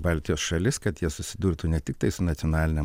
baltijos šalis kad jie susidurtų ne tiktai su nacionalinėm